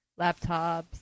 laptops